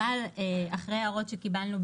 אבל אחרי הערות שקיבלנו,